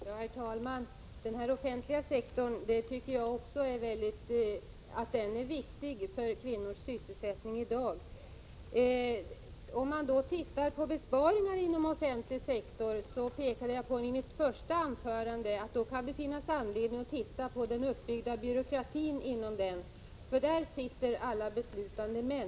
Herr talman! Även jag tycker att den offentliga sektorn är viktig för kvinnors sysselsättning i dag. När det gäller besparingarna inom den offentliga sektorn — jag pekade på detta i mitt huvudanförande — kan det finnas en anledning att titta på den uppbyggda byråkratin inom denna sektor. Där finns nämligen alla beslutande män.